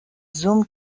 زوم